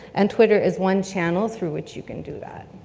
and twitter is one channel through which you can do that.